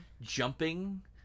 jumping